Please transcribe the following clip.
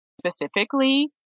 specifically